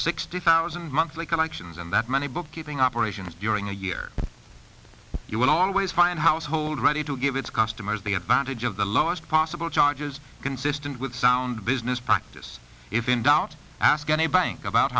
sixty thousand monthly collections and that many bookkeeping operations during a year you will always find household ready to give its customers the advantage of the lowest possible charges consistent with sound business practice if in doubt ask any bank about